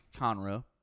Conroe